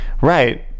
right